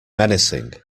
menacing